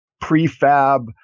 prefab